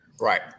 Right